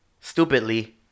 stupidly